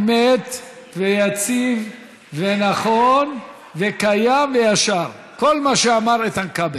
אמת ויציב ונכון וקיים וישר, כל מה שאמר איתן כבל.